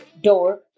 door